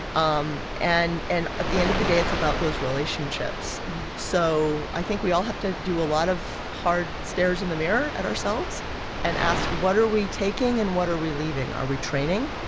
um and and at the end of the day, it's about those relationships so i think we all have to do a lot of hard stares in the mirror at ourselves and ask, what are we taking, and what are we leaving? are we training?